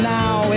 now